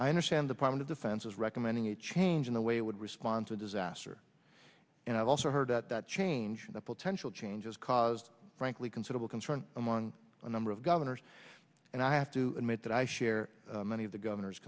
i understand that part of the defense is recommending a change in the way it would respond to disaster and i've also heard that that change in the potential changes caused frankly considerable concern among a number of governors and i have to admit that i share many of the governor